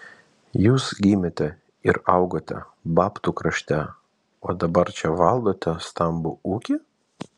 jūs gimėte ir augote babtų krašte o dabar čia valdote stambų ūkį